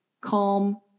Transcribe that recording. calm